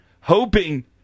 hoping